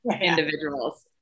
individuals